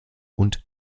und